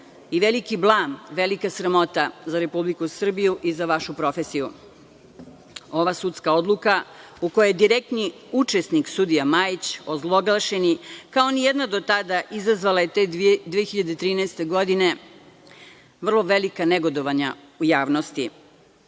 i veliki blam, velika sramota za Republiku Srbiju i za vašu profesiju. Ova sudska odluka, u kojoj je direktni učesnik sudija Majić ozloglašeni, kao nijedna do tada izazvala je te 2013. godine vrlo velika negodovanja u javnosti,